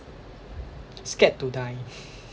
scared to die